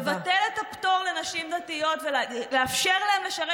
לבטל את הפטור לנשים דתיות ולאפשר להן לשרת